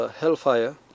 hellfire